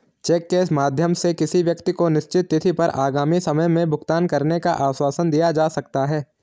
check के माध्यम से किसी व्यक्ति को निश्चित तिथि पर आगामी समय में भुगतान करने का आश्वासन दिया जा सकता है